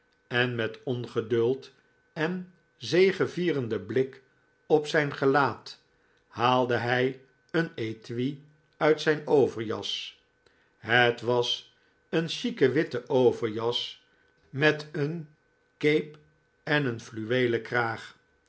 en met ongeduld en een zegevierenden blik op zijn gelaat haalde hij een etui uit zijn overjas het was een chique witte overjas met een cape en een fluweelen kraag